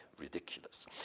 ridiculous